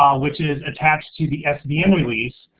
um which is attached to the sdm release,